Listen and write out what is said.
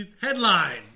headline